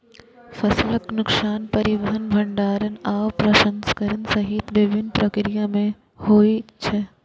फसलक नुकसान परिवहन, भंंडारण आ प्रसंस्करण सहित विभिन्न प्रक्रिया मे होइ छै